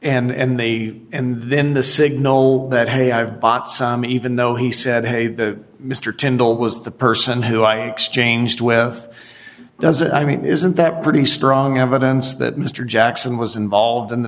and they and then the signal that hey i've bought some even though he said hey that mr tindall was the person who i exchanged with does it i mean isn't that pretty strong evidence that mr jackson was involved